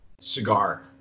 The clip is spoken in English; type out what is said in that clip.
cigar